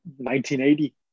1980